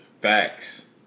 Facts